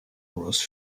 was